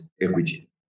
equity